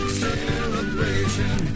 celebration